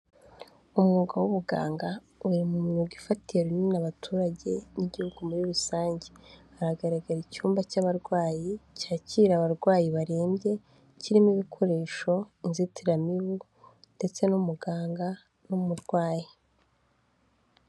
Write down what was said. Umwuga w'ubuganga uri mu myuga ifatiye runini abaturage n'igihugu muri rusange. Hagaragara icyumba cy'abarwayi, cyakira abarwayi barembye, kirimo ibikoresho, inzitiramibu ndetse n'umuganga n'umurwayi.